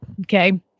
okay